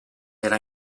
era